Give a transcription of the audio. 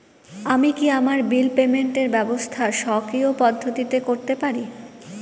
আমি কি আমার বিল পেমেন্টের ব্যবস্থা স্বকীয় পদ্ধতিতে করতে পারি?